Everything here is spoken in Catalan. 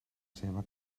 seva